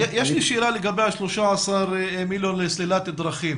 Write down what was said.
יש לי שאלה לגבי ה-13 מיליון לסלילת דרכים.